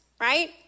right